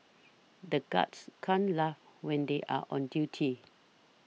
the guards can't laugh when they are on duty